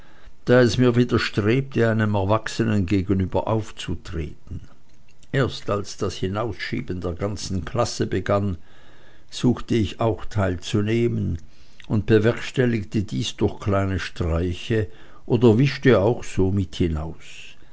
da es mir widerstrebte einem erwachsenen gegenüber aufzutreten erst als das hinausschieben der ganzen klasse begann suchte ich auch teilzunehmen und bewerkstelligte dies durch kleine streiche oder wischte auch so mit hinaus